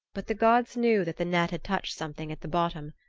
but the gods knew that the net had touched something at the bottom.